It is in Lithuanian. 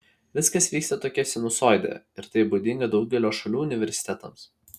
viskas vyksta tokia sinusoide ir tai būdinga daugelio šalių universitetams